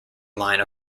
line